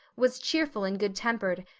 was cheerful and good-tempered,